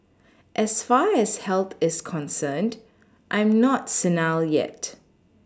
as far as health is concerned I'm not senile yet